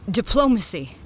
diplomacy